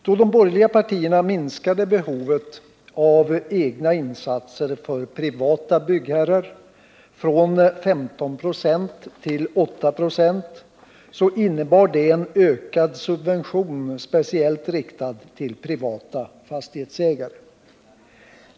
Då de borgerliga partierna minskade behovet av egna insatser för privata byggherrar från 15 96 till 8 26, innebar det en ökad subvention, speciellt riktad till privata fastighetsägare.